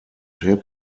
hip